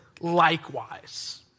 likewise